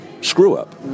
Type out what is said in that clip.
screw-up